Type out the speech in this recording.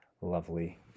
lovely